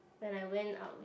when I went out